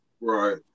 Right